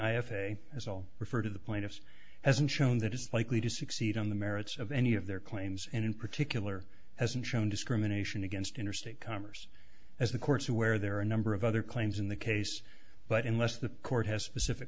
a as all refer to the plaintiffs hasn't shown that it's likely to succeed on the merits of any of their claims and in particular hasn't shown discrimination against interstate commerce as the courts where there are a number of other claims in the case but unless the court has specific